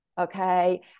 okay